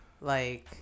Like-